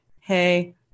hey